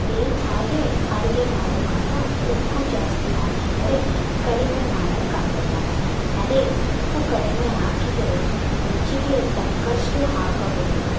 ಹೇ ಹಾಗೆ ಅಡುಗೆ ಮಾಡುವಾಗ ಉಪ್ಪು ಜಾಸ್ತಿ ಹಾಕಿದ್ದರೆ ಕಡಿಮೆ ಮಾಡೋಕಾಗಲ್ಲ ಅದೇ ಉಪ್ಪು ಕಡಿಮೆ ಆಗಿದ್ದರೆ ರುಚಿಗೆ ತಕ್ಕಷ್ಟು ಹಾಕಬಹುದು